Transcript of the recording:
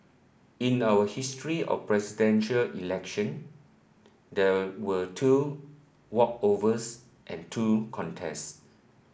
in our history of Presidential Election there were two walkovers and two contest